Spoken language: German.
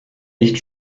nicht